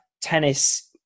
tennis